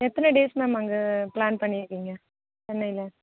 எத்தனை days ma'am அங்கே plan பண்ணியிருக்கீங்க சென்னையில்